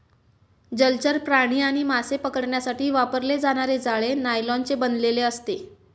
जलचर प्राणी आणि मासे पकडण्यासाठी वापरले जाणारे जाळे नायलॉनचे बनलेले असते